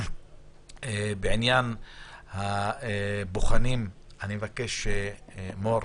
בעניין הבוחנים, מור,